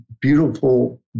beautiful